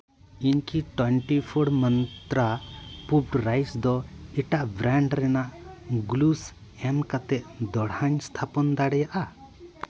ᱤᱧ ᱠᱤ twenty four Mantra puffed rice ᱫᱚ ᱮᱴᱟᱜ ᱵᱨᱮᱱᱰ ᱨᱮᱱᱟᱜ ᱜᱞᱩᱥ ᱮᱢ ᱠᱟᱛᱮ ᱫᱚᱲᱦᱟᱧ ᱛᱷᱟᱯᱚᱱ ᱫᱟᱲᱮᱭᱟᱜᱼᱟ